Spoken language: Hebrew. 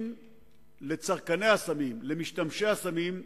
לצרכני הסמים, למשתמשי הסמים,